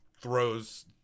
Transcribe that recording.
throws